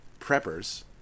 preppers